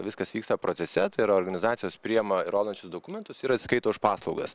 viskas vyksta procese tai yra organizacijos priima įrodančius dokumentus ir atsiskaito už paslaugas